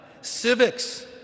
civics